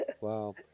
Wow